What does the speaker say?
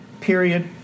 period